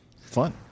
Fun